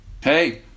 Hey